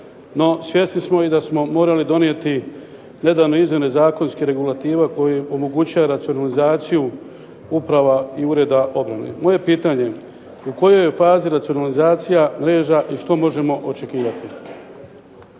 No, svjesni smo i da smo morali donijeti nedavne izmjene zakonske regulative koji omogućuje racionalizaciju uprava i ureda obrane. Moje pitanje je u kojoj je fazi racionalizacija mreža i što možemo očekivati?